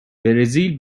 برزیل